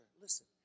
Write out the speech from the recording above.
Listen